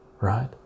right